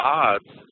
odds